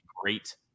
great